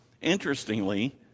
Interestingly